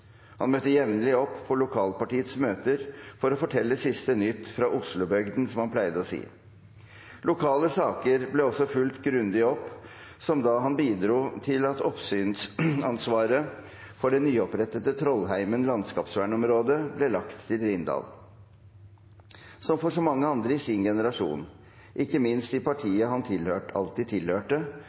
Han møtte jevnlig opp på lokalpartiets møter for å fortelle siste nytt «fra Oslo-bøgden», som han pleide å si. Lokale saker ble også fulgt grundig opp, som da han bidro til at oppsynsansvaret for det nyopprettede Trollheimen landskapsvernområde ble lagt til Rindal. Som for så mange andre i sin generasjon, ikke minst i partiet han alltid tilhørte,